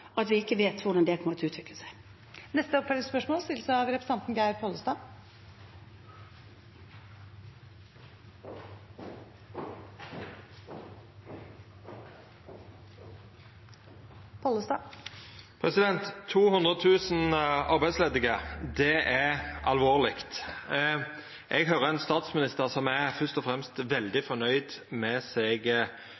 det kommer til å utvikle seg. Geir Pollestad – til oppfølgingsspørsmål. 200 000 arbeidsledige – det er alvorleg. Eg høyrer ein statsminister som fyrst og fremst er veldig